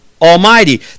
Almighty